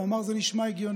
הוא אמר, זה נשמע הגיוני.